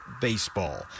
baseball